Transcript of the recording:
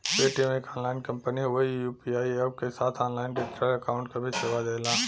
Paytm एक online company हउवे ई यू.पी.आई अप्प क साथ ऑनलाइन डिजिटल अकाउंट क भी सेवा देला